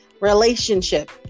relationship